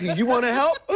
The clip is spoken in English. you want to help?